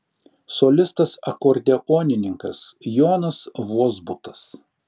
solistas akordeonininkas jonas vozbutas